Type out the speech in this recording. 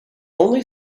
only